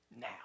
now